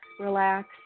relax